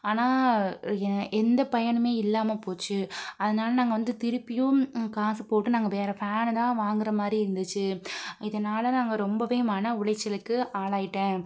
ஆனால் எ எந்த பயனுமே இல்லாமல் போச்சு அதனால நாங்கள் வந்து திருப்பியும் காசு போட்டு நாங்கள் வேற ஃபேனுதான் வாங்குற மாதிரி இருந்துச்சு இதனால் நாங்கள் ரொம்பவே மனஉளைச்சலுக்கு ஆளாகிட்டேன்